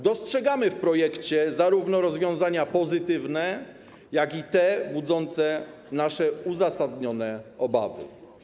Dostrzegamy w projekcie zarówno rozwiązania pozytywne, jak i te budzące nasze uzasadnione obawy.